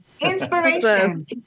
Inspiration